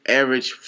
average